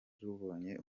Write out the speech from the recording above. rubonye